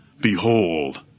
behold